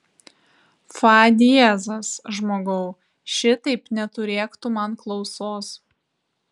fa diezas žmogau šitaip neturėk tu man klausos